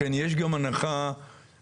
לכן יש גם הנחה הנדסית,